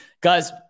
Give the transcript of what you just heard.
guys